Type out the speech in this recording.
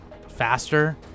faster